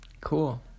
cool